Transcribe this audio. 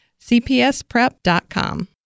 cpsprep.com